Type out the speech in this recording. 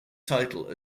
title